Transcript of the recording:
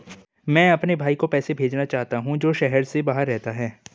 मैं अपने भाई को पैसे भेजना चाहता हूँ जो शहर से बाहर रहता है